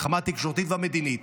מלחמה תקשורתית ומדינית,